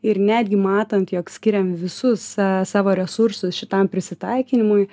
ir netgi matant jog skiriam visus savo resursus šitam prisitaikinimui